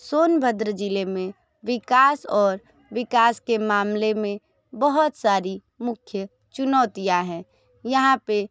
सोनभद्र जिले में विकास और विकास के मामले में बहुत सारी मुख्य चुनौतियां हैं यहाँ पे